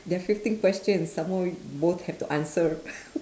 there are fifteen questions some more both have to answer